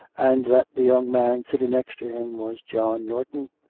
and that the young man sitting next him was john norton,